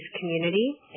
community